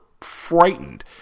frightened